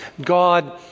God